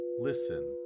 listen